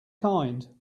kind